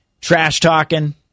trash-talking